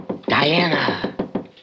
Diana